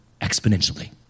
exponentially